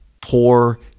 poor